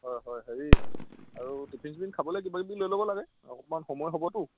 হয় হয় হেৰি আৰু টিফিন চিফিন খাবলৈ কিবা কিবি লৈ ল'ব লাগে অকণমান সময় হ'বতো